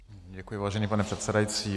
Děkuji, vážený pane předsedající.